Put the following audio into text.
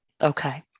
Okay